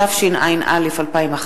התשע"א 2011,